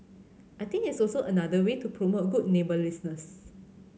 I think it's also another way to promote good neighbourliness